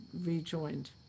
rejoined